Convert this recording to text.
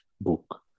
book